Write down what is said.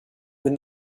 when